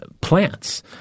plants –